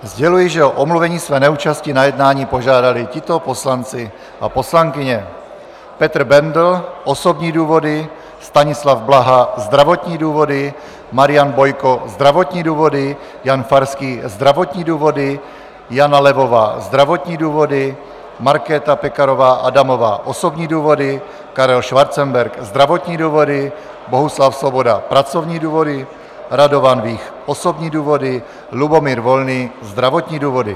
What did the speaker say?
Sděluji, že o omluvení své neúčasti na jednání požádali tito poslanci a poslankyně: Petr Bendl osobní důvody, Stanislav Blaha zdravotní důvody, Marian Bojko zdravotní důvody, Jan Farský zdravotní důvody, Jana Levová zdravotní důvody, Markéta Pekarová Adamová osobní důvody, Karel Schwarzenberg zdravotní důvody, Bohuslav Svoboda pracovní důvody, Radovan Vích osobní důvody, Lubomír Volný zdravotní důvody.